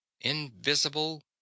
Invisible